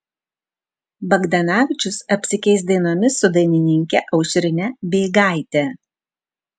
bagdanavičius apsikeis dainomis su dainininke aušrine beigaite